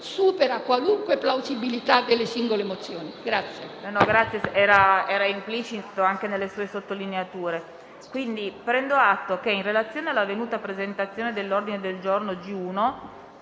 supera qualunque plausibilità delle singole mozioni.